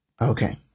okay